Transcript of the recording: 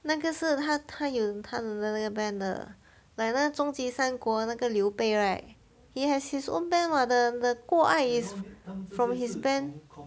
那个是他他有他的那个 band 的 like like 终极三国那个刘备 right he has his own band [what] the the 国爱 is from his band